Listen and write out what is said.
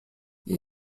jej